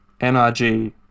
NRG